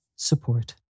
Support